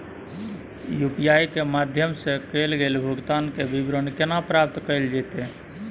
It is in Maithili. यु.पी.आई के माध्यम सं कैल गेल भुगतान, के विवरण केना प्राप्त कैल जेतै?